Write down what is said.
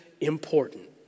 important